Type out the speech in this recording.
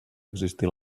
existir